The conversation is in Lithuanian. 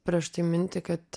prieš tai mintį kad